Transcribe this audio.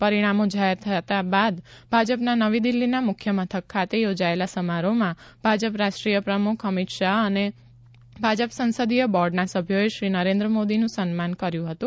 પરિણામો જાહેર થયા બાદ ભાજપના નવી દિલ્હીના મુખ્ય મથક ખાતે યોજાયેલા સમારોહમાં ભાજપ રાષ્ટ્રીય પ્રમુખ અમિત શાહ અને ભાજપ સંસદીય બોર્ડના સભ્યોએ શ્રી નરેન્દ્ર મોદીનું સન્માન થયું હતું